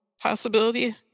possibility